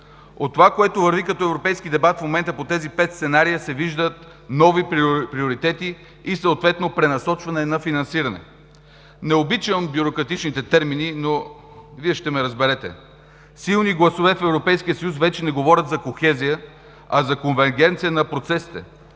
От това, което върви като европейски дебат в момента по тези пет сценария, се виждат нови приоритети и съответно пренасочване на финансиране. Не обичам бюрократичните термини, но Вие ще ме разберете. Силни гласове в Европейския съюз вече не говорят за кохезия, а за конвергенция на процесите.